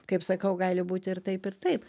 kaip sakau gali būti ir taip ir taip